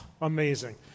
Amazing